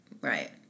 right